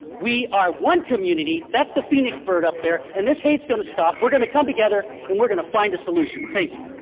we are one community. that's the phoenix bird up there and this hate is going to stop. we are going to come together and we are going to find a solution. thank you.